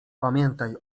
pamiętaj